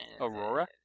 Aurora